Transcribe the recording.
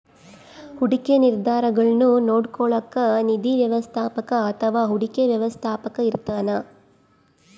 ಹೂಡಿಕೆ ನಿರ್ಧಾರಗುಳ್ನ ನೋಡ್ಕೋಳೋಕ್ಕ ನಿಧಿ ವ್ಯವಸ್ಥಾಪಕ ಅಥವಾ ಹೂಡಿಕೆ ವ್ಯವಸ್ಥಾಪಕ ಇರ್ತಾನ